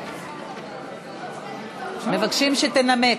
מבקשים שתנמק.